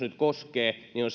nyt koskee on